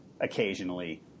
Occasionally